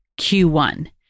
Q1